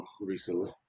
recently